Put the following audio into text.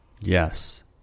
Yes